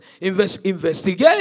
Investigate